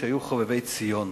שהיו חובבי ציון.